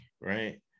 right